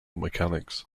mechanics